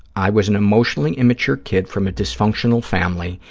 i was an emotionally immature kid from a dysfunctional family,